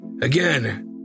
Again